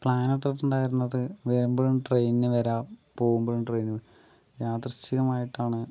പ്ലാനിട്ടിട്ടുണ്ടായിരുന്നത് വരുമ്പോഴും ട്രെയിനിനു വരാം പോവുമ്പോഴും ട്രെയിൻ യാദൃശ്ചികമായിട്ടാണ്